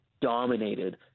dominated